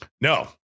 No